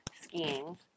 skiing